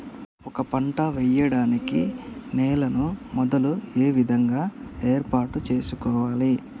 ఒక పంట వెయ్యడానికి నేలను మొదలు ఏ విధంగా ఏర్పాటు చేసుకోవాలి?